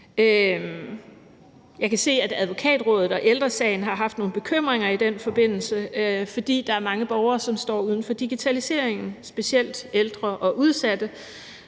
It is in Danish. Jeg kan se, at Advokatrådet og Ældre Sagen har haft nogle bekymringer i den forbindelse, fordi der er mange borgere, som står uden for digitaliseringen, specielt ældre og udsatte.